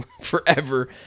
forever